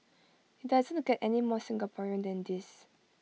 IT doesn't get any more Singaporean than this